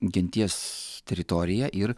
genties teritoriją ir